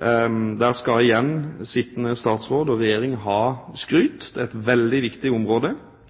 Der skal igjen sittende statsråd og regjering ha skryt, det er et veldig viktig område.